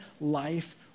life